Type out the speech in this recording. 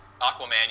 Aquaman